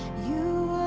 you